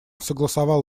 согласовал